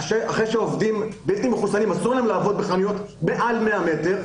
העובדים הבלתי מחוסנים שאסור להם לעבוד בחנויות בשטח של מעל 100 מטרים,